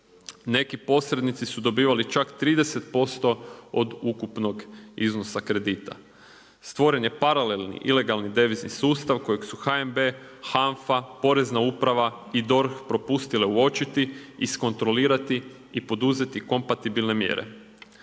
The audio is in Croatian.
Neki posrednici su dobivali čak 30% od ukupnog iznosa kredita. Stvoren je paralelni, ilegalni devizni sustav kojeg su HNB, HANFA, Porezna uprava i DORH propustile uočiti, iskontrolirati i poduzeti kompatibilne mjere.